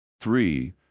Three